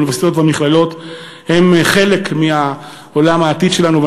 האוניברסיטאות והמכללות הן חלק מעולם העתיד שלנו,